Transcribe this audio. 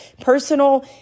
personal